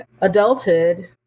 adulthood